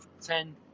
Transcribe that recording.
Ten